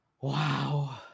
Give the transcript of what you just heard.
Wow